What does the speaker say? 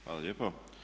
Hvala lijepo.